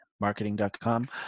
marketing.com